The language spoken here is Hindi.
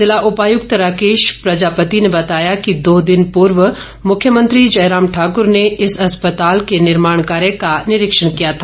जिला उपायुकत राकेश प्रजापति ने बताया कि दो दिन पूर्व मुख्यमंत्री जयराम ठाकरे ने इस अस्पताल के निर्माण कार्य का निरीक्षण किया था